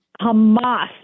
Hamas